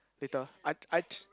later I I